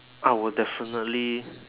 I will definitely